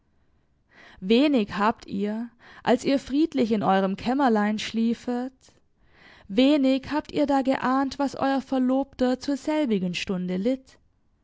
wenig habt ihr als ihr friedlich in eurem kämmerlein schliefet wenig habt ihr da geahnt was euer verlobter zur selbigen stunde litt